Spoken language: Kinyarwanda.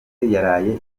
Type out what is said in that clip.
yaraye